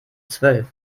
zwölf